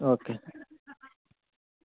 okay